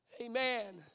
Amen